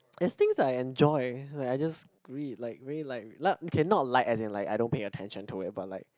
there's things I enjoy like I just read like really like li~ okay not like as in I don't pay attention to it but like